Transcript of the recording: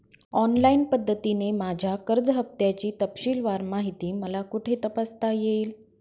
Online पद्धतीने माझ्या कर्ज हफ्त्याची तपशीलवार माहिती मला कुठे तपासता येईल?